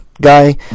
guy